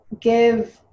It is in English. give